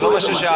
זה לא מה ששאלתי.